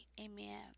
amen